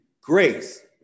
grace